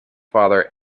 father